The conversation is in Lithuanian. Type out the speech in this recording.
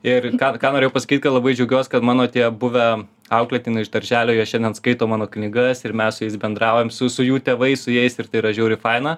ir ką ką norėjau pasakyt ka labai džiaugiuos kad mano tie buvę auklėtiniai iš darželio jie šiandien skaito mano knygas ir mes su jais bendraujam su su jų tėvais su jais ir tai yra žiauriai faina